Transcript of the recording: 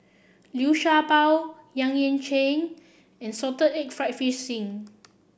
Liu Sha Bao Yang Ying Ching and Salted Egg fried fish skin